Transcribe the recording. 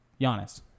Giannis